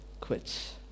quits